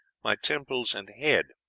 my temples and head.